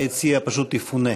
היציע פשוט יפונה.